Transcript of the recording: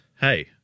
hey